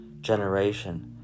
generation